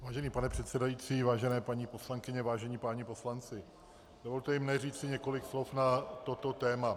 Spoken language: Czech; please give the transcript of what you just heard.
Vážený pane předsedající, vážené paní poslankyně, vážení páni poslanci, dovolte i mně říci několik slov na toto téma.